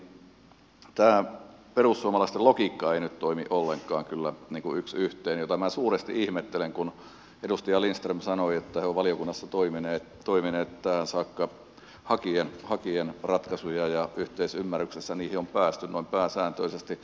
ensinnäkin tämä perussuomalaisten logiikka ei nyt toimi kyllä ollenkaan yks yhteen mitä minä suuresti ihmettelen kun edustaja lindström sanoi että he ovat valiokunnassa toimineet tähän saakka hakien ratkaisuja ja yhteisymmärryksessä niihin on päästy noin pääsääntöisesti